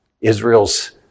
Israel's